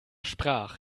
sprach